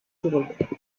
zurück